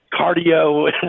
cardio